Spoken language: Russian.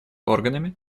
органами